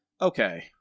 Okay